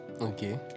Okay